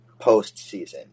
postseason